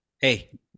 hey